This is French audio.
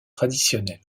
traditionnels